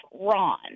Ron